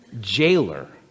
jailer